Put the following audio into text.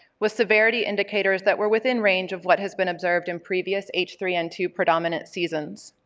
with severity indicators that were within range of what has been observed in previous h three n two predominant seasons.